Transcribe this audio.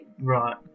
Right